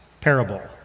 parable